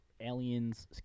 aliens